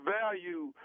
value